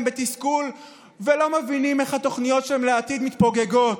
בתסכול ולא מבינים איך התוכניות שלהם לעתיד מתפוגגות,